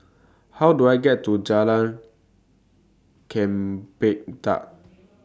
How Do I get to Jalan Chempedak